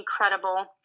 incredible